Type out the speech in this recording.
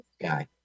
guy